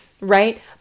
right